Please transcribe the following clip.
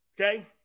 Okay